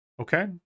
Okay